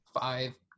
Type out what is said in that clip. five